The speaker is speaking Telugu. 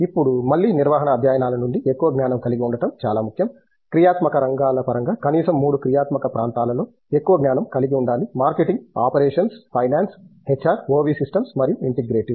ఇప్పుడు మళ్ళీ నిర్వహణ అధ్యయనాల నుండి ఎక్కువ జ్ఞానం కలిగి ఉండటం చాలా ముఖ్యం క్రియాత్మక రంగాల పరంగా కనీసం మూడు క్రియాత్మక ప్రాంతాలలో ఎక్కువ జ్ఞానం కలిగివుండాలి marketing operations finance HR OB systems మరియు ఇంటిగ్రేటివ్